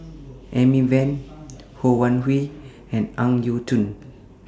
Amy Van Ho Wan Hui and Ang Yau Choon